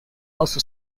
also